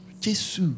Jesus